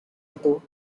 itu